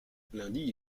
lundi